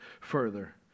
further